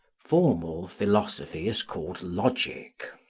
formal philosophy is called logic.